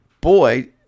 boy